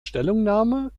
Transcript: stellungnahme